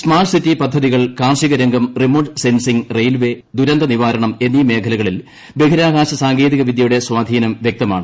smart city പദ്ധതികൾ കാർഷികരംഗം remote sensing railway ദുരന്ത നിവാരണം എന്നീ മേഖലകളിൽ ബഹിരാകാശ സാങ്കേതിക വിദ്യയുടെ സ്വാധീനം വൃക്തമാണ്